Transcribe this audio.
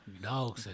no